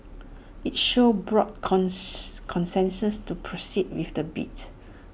IT showed broad consensus to proceed with the bid